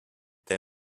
they